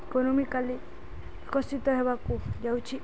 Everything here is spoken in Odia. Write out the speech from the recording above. ଇକୋନୋମିକାଲି ବିକଶିତ ହେବାକୁ ଯାଉଛି